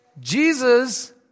Jesus